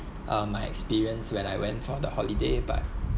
uh my experience when I went for the holiday but